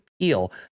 appeal